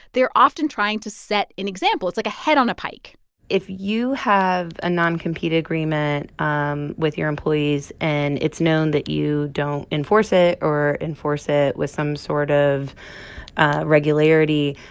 they're often trying to set an example. it's like a head on a pike if you have a non-compete agreement um with your employees, and it's known that you don't enforce it or enforce it with some sort of regularity,